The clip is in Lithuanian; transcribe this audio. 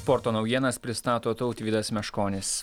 sporto naujienas pristato tautvydas meškonis